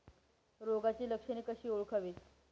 रोगाची लक्षणे कशी ओळखावीत?